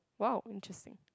!wow! interesting